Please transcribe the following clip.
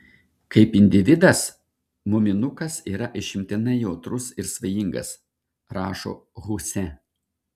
kaip individas muminukas yra išimtinai jautrus ir svajingas rašo huse